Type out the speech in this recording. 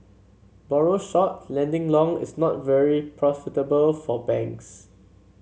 borrow short lending long is not very profitable for banks